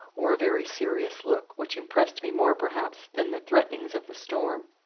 wore a very serious look, which impressed me more perhaps than the threatenings of the storm.